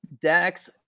Dax